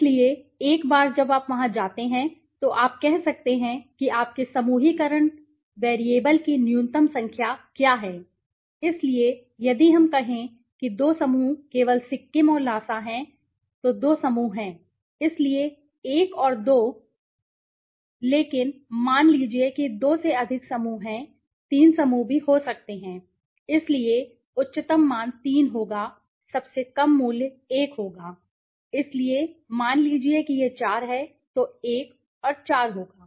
इसलिए एक बार जब आप वहां जाते हैं तो आप कह सकते हैं कि आपके समूहीकरण चर की न्यूनतम संख्या क्या है इसलिए यदि हम कहें कि दो समूह केवल सिक्किम और ल्हासा हैं तो दो समूह हैं इसलिए 1 और 2 लेकिन मान लीजिए कि दो से अधिक समूह हैं तीन समूह भी हो सकते हैं इसलिए उच्चतम मान 3 होगा सबसे कम मूल्य 1होगा इसलिए मान लीजिए कि यह 4 है तो 1 और 4 होगा